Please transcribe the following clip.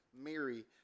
Mary